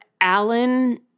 Alan